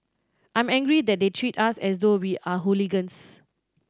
I'm angry that they treat us as though we are hooligans